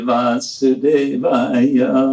Vasudevaya